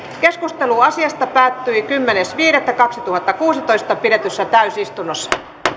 keskustelu asiasta päättyi kymmenes viidettä kaksituhattakuusitoista pidetyssä täysistunnossa